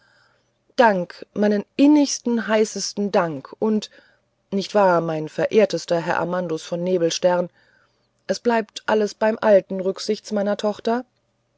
dank meinen innigsten heißesten dank und nicht wahr mein verehrtester herr amandus von nebelstern es bleibt alles beim alten rücksichts meiner tochter